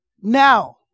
Now